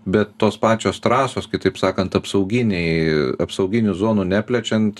bet tos pačios trasos kitaip sakant apsauginiai apsauginių zonų neplečiant